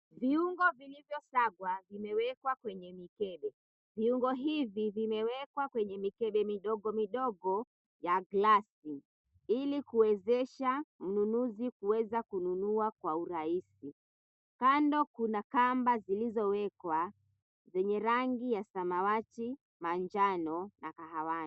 Viungo vilivyosiagwa vimewekwa kwenye mikebe. Viungo hivi vimewekwa kwenye mikebe midogo midogo ya glasi ili kuwezesha mnunuzi kuweza kununua kwa urahisi. Kando kuna kamba zilizowekwa zenye rangi ya samawati, manjano na kahawia.